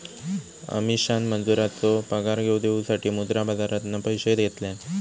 अमीषान मजुरांचो पगार देऊसाठी मुद्रा बाजारातना पैशे घेतल्यान